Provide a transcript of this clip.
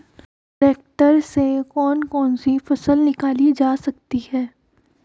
Tractor से कौन कौनसी फसल निकाली जा सकती हैं?